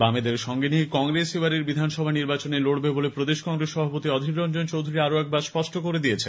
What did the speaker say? বামেদের সঙ্গে নিয়েই কংগ্রেস এবারের বিধানসভা নির্বাচন লড়বে বলে প্রদেশ কংগ্রেস সভাপতি অধীর রঞ্জন চৌধুরী আরও একবার স্পষ্ট করে দিয়েছেন